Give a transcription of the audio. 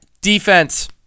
defense